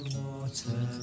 water